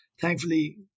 thankfully